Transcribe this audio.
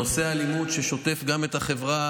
נושא האלימות שלצערי שוטף גם את החברה